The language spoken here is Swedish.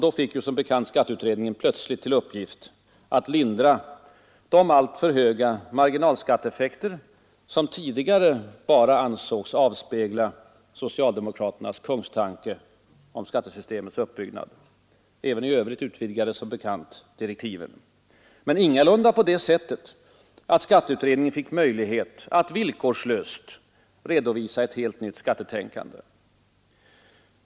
Då fick skatteutredningen plötsligt till uppgift att lindra de alltför höga marginalskatteeffekter som tidigare bara ansågs spegla socialdemokraternas kungstanke om skattesystemets uppbyggnad. Även i övrigt utvidgades som bekant direktiven, men ingalunda på det sättet att skatteutredningen fick möjlighet att villkorslöst redovisa ett helt nytt skattetänkande.